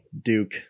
Duke